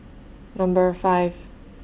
Number five